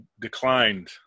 declined